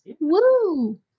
Woo